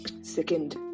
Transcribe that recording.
second